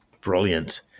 Brilliant